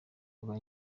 kuba